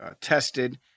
tested